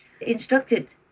instructed